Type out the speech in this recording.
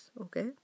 okay